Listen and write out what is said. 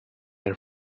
her